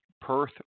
Perth